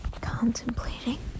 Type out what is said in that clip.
contemplating